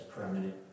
Permanent